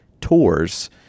Tours